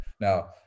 now